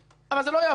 אבל זה לא יעבור אצלנו.